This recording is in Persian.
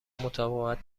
مطابقت